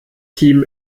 team